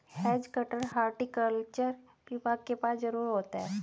has cutter horticulture विभाग के पास जरूर होता है